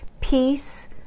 peace